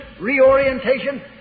reorientation